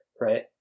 right